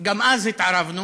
גם אז התערבנו.